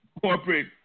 corporate